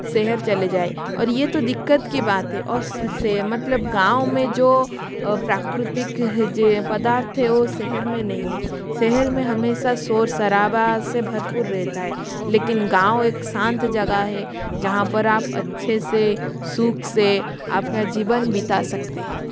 शहर चले जाएँ और ये तो दिक्कत की बात है और उसे मतलब गाँव में जो प्राकृतिक है जो पदार्थ है वो शहर में नहीं है शहर में हमेशा शोर शराबा से भरपूर रहता है लेकिन गाँव एक शांत जगह है जहाँ पर आप अच्छे से सुख से आप का जीवन बिता सकते है